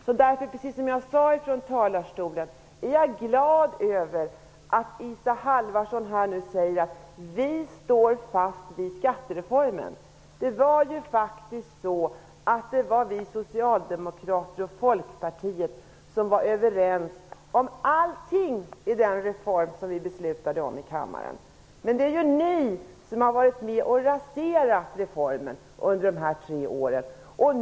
Precis som jag tidigare sade från talarstolen är jag därför glad över att Isa Halvarsson nu säger: Vi står fast vid skattereformen. Det var ju faktiskt Socialdemokraterna och Folkpartiet som var överens om allting i den reform som vi beslutade om i kammaren. Det är ju ni som har varit med och raserat den här reformen under de här tre åren.